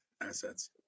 assets